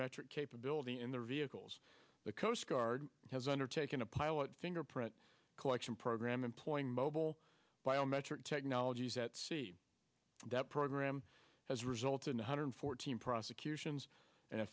metric capability in their vehicles the coast guard has undertaken a pilot fingerprint collection program employing mobile biometric technologies that see that program as result in one hundred fourteen prosecutions and